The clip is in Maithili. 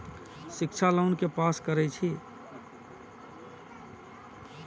शिक्षा लोन के पास करें छै?